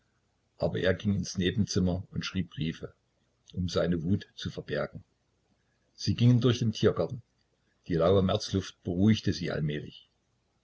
aber er ging ins nebenzimmer und schrieb briefe um seine wut zu verbergen sie gingen durch den tiergarten die laue märzluft beruhigte sie allmählich